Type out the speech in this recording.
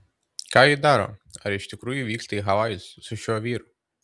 ką ji daro ar iš tikrųjų vyksta į havajus su šiuo vyru